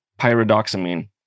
pyridoxamine